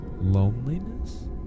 Loneliness